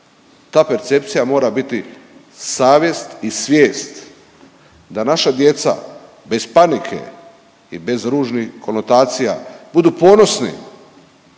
ta percepcija mora biti savjest i svijest da naša djeca bez panike i bez ružnih konotacija budu ponosni,